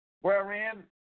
wherein